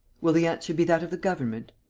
will the answer be that of the government?